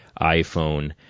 iPhone